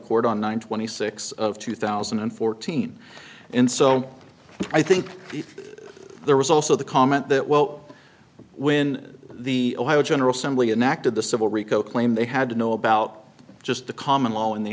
court on nine twenty six of two thousand and fourteen and so i think there was also the comment that well when the general simply inactive the civil rico claim they had to know about just the common law in the